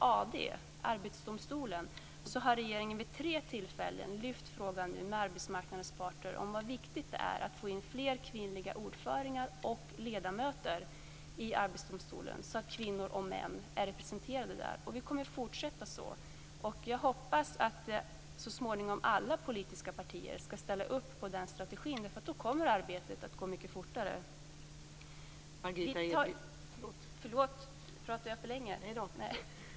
AD, Arbetsdomstolen, har regeringen vid tre tillfällen lyft fram frågan med arbetsmarknadens parter om hur viktigt det är att få fram fler kvinnliga ordförande och ledamöter i Arbetsdomstolen, så att kvinnor och män är representerade där. Jag hoppas att alla politiska partier så småningom skall ställa upp på den strategin. Då kommer arbetet att gå mycket fortare.